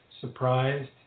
surprised